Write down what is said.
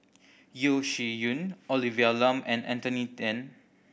Yeo Shih Yun Olivia Lum and Anthony Then